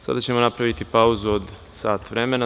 Sada ćemo napraviti pauzu od sat vremena.